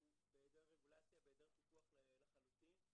בידי הרגולציה ובידי הפיקוח לחלוטין.